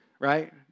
right